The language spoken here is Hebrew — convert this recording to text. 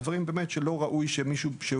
אלה דברים שבאמת לא ראוי שמישהו שהוא